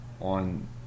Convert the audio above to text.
on